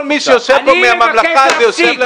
כל מי שיושב פה מהממלכה -- אני מבקש להפסיק,